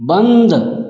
बंद